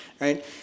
right